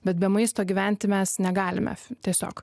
bet be maisto gyventi mes negalime tiesiog